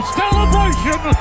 celebration